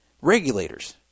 regulators